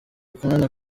kumena